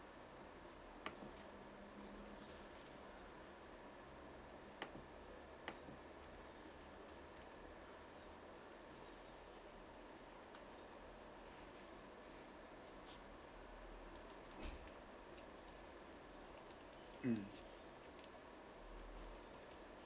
mm